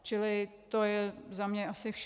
Čili to je za mě asi vše.